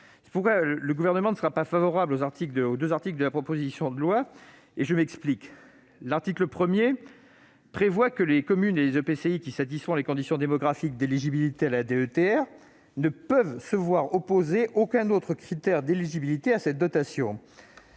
pourquoi le Gouvernement ne sera pas favorable aux deux articles de la proposition de loi. Je m'en explique. L'article 1 tend à prévoir que les communes et EPCI qui satisfont les conditions démographiques d'éligibilité à la DETR « ne peuvent se voir opposer aucun autre critère d'éligibilité à cette dotation